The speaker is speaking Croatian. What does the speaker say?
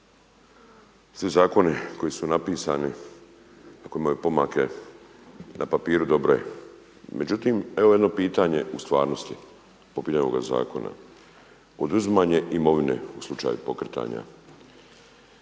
svi zakoni koji su napisani a koji imaju pomake na papiru dobro je, međutim evo jedno pitanje u stvarnosti po pitanju ovog zakona, oduzimanje imovine u slučaju pokretanja.